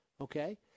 okay